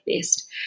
best